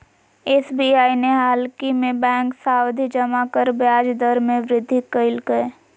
SBI ने हालही में बैंक सावधि जमा पर ब्याज दर में वृद्धि कइल्कय